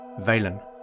Valen